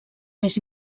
més